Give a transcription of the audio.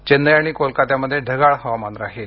चेन्नई आणि कोलकात्यामध्ये ढगाळ हवामान राहील